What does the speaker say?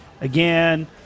again